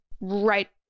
right